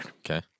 Okay